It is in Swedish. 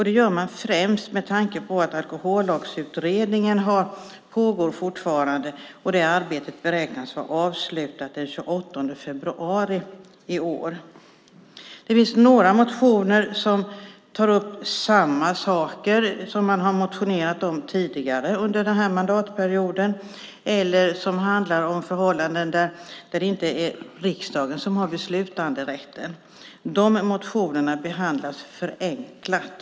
Det görs främst med tanke på att Alkohollagsutredningen fortfarande pågår. Det arbetet beräknas vara avslutat den 28 februari i år. Det finns några motioner som tar upp samma saker som man har motionerat om tidigare under mandatperioden eller som handlar om förhållanden där det inte är riksdagen som har beslutanderätten. De motionerna behandlas förenklat.